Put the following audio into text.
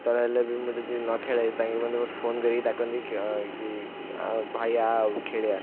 କେତେବେଳେ ହେଲେ ବି ମୁଁ ଯଦି ନ ଖେଳା ତାଙ୍କେ ମଧ୍ୟ ଫୋନ କରିକି ଡାକନ୍ତି ଭାଇ ଆଉ ଖେଳିବା